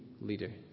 leader